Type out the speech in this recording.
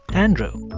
andrew